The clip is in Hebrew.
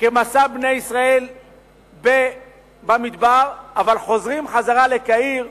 כמסע בני ישראל במדבר, אבל חוזרים חזרה לקהיר,